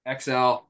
XL